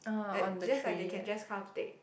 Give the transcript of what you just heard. like just like they can just come to take